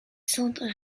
sant